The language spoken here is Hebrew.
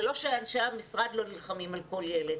זה לא שאנשי המשרד לא נלחמים על כל ילד,